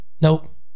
Nope